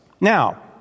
Now